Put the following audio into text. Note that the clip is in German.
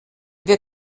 wir